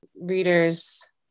readers